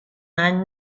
any